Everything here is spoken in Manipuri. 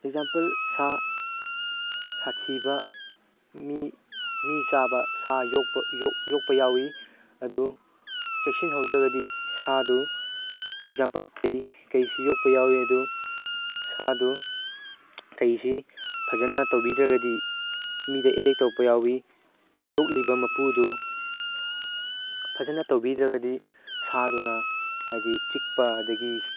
ꯑꯦꯛꯖꯥꯝꯄꯜ ꯁꯥ ꯁꯥꯊꯤꯕ ꯃꯤ ꯃꯤ ꯆꯥꯕ ꯁꯥ ꯌꯣꯛꯄ ꯌꯣꯛꯄ ꯌꯥꯎꯋꯤ ꯑꯗꯨ ꯆꯦꯛꯁꯤꯟꯍꯧꯗ꯭ꯔꯒꯗꯤ ꯁꯥꯗꯨ ꯑꯦꯛꯖꯥꯝꯄꯜ ꯀꯩ ꯀꯩꯁꯤ ꯌꯣꯛꯄ ꯌꯥꯎꯋꯤ ꯑꯗꯨ ꯁꯥꯗꯨ ꯀꯩꯁꯤ ꯐꯖꯅ ꯇꯧꯕꯤꯗ꯭ꯔꯒꯗꯤ ꯃꯤꯗ ꯑꯦꯇꯦꯛ ꯇꯧꯔꯛꯄ ꯌꯥꯎꯋꯤ ꯌꯣꯛꯂꯤꯕ ꯃꯄꯨꯗꯨ ꯐꯖꯅ ꯇꯧꯕꯤꯗ꯭ꯔꯒꯗꯤ ꯁꯥꯗꯨꯅ ꯍꯥꯏꯗꯤ ꯆꯤꯛꯄ ꯑꯗꯒꯤ